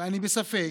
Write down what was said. ואני בספק,